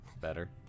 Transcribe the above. Better